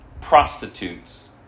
prostitutes